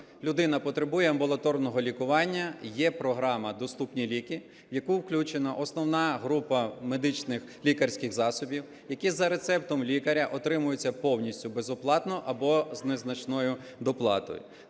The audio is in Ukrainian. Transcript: людина потребує амбулаторного лікування, є програма "Доступні ліки", в яку включена основна група медичних лікарських засобів, які за рецептом лікаря отримуються повністю безоплатно або з незначною доплатою.